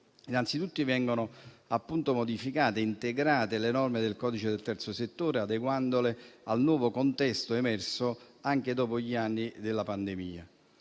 Innanzitutto vengono modificate e integrate le norme del codice del terzo settore, adeguandole al nuovo contesto emerso dopo gli anni della pandemia.